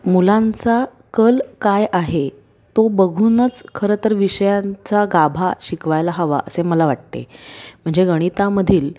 मुलांचा कल काय आहे तो बघूनच खरंतर विषयांचा गाभा शिकवायला हवा असे मला वाटते म्हणजे गणितामधील